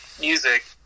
music